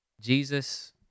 Jesus